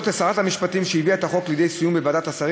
החוק הזה עבר כל פעם לוועדת שרים